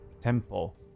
temple